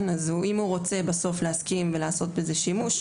אם הוא רוצה בסוף להסכים ולעשות בזה שימוש,